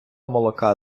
молока